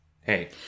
Hey